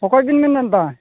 ᱚᱠᱚᱭᱵᱤᱱ ᱢᱮᱱᱮᱫᱟ